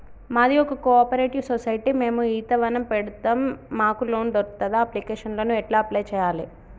మాది ఒక cooperative society మేము ఈత వనం పెడతం మాకు లోన్ దొర్కుతదా? అప్లికేషన్లను ఎట్ల అప్లయ్ చేయాలే?